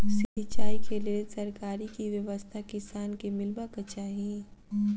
सिंचाई केँ लेल सरकारी की व्यवस्था किसान केँ मीलबाक चाहि?